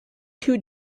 two